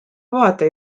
vaata